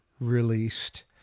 released